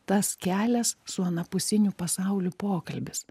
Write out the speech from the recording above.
tas kelias su anapusiniu pasauliu pokalbis